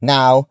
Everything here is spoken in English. Now